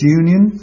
union